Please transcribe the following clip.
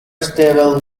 stable